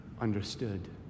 understood